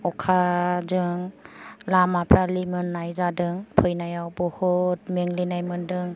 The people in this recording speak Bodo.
अखाजों लामाफ्रा लिमोनाय जादों फैनायाव बुहुत मेंग्लिनाय मोनदों